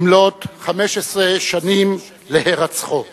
במלאות 15 שנים להירצחו.